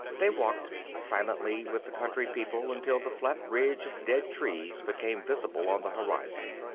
they walked silently with the country people until the flat ridge of dead trees became visible on the horizon.